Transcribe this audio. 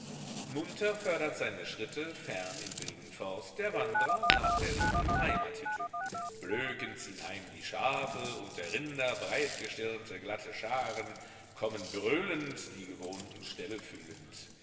munter fördert seine schritte fern im wilden forst der wandrer nach der lieben heimathütte blöckend ziehen heim die schafe und der rinder breitgestirnte glatte scharen kommen brüllend die gewohnten ställe füllend